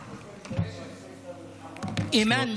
אימאן,